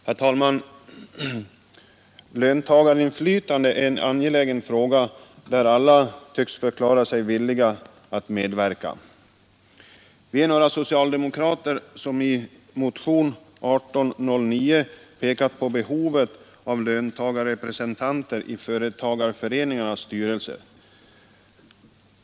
Herr talman! Löntagarinflytande är en angelägen fråga, där alla tycks förklara sig villiga att medverka. Vi är några socialdemokrater som i motionen 1809 pekat på behovet av löntagarrepresentanter i företagarföreningarnas styrelser.